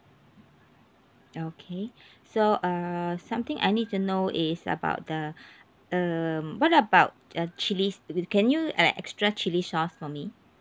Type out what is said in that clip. okay so err something I need to know is about the um what about uh chillis with can you add extra chili sauce for me